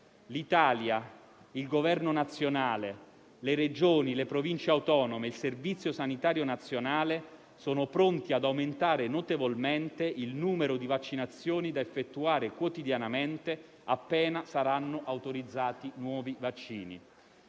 l'Italia, il Governo nazionale, le Regioni, le Province autonome e il Servizio sanitario nazionale sono pronti ad aumentare notevolmente il numero di vaccinazioni da effettuare quotidianamente appena saranno autorizzati nuovi vaccini.